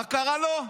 מה קרה לו?